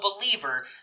believer